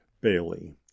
Bailey